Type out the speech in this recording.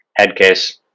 Headcase